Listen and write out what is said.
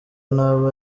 nabi